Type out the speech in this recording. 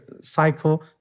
cycle